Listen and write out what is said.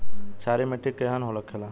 क्षारीय मिट्टी केहन होखेला?